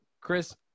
Chris